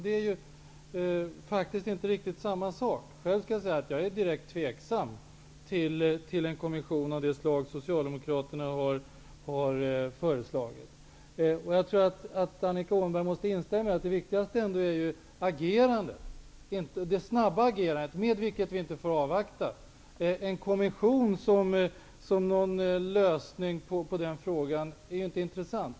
Det är faktiskt inte riktigt samma sak. Själv är jag direkt tveksam till en kommission av det slag Socialdemokraterna har föreslagit. Jag tror att Annika Åhnberg måste instämma i att det viktigaste ändå är det snabba agerandet, med vilket vi inte får avvakta. En kommission som lösning på den frågan är inte intressant.